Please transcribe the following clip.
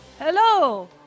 Hello